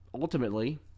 ultimately